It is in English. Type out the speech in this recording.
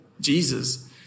Jesus